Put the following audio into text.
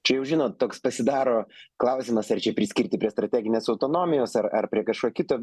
čia jau žinot toks pasidaro klausimas ar čia priskirti prie strateginės autonomijos ar prie kažko kito